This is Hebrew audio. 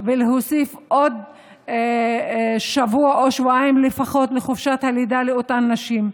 ולהוסיף עוד שבוע או שבועיים לפחות לחופשת הלידה לאותן נשים,